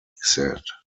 said